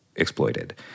exploited